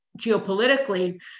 geopolitically